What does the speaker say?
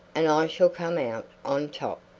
and i shall come out on top.